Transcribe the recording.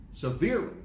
Severely